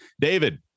David